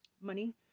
money